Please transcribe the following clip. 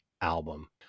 album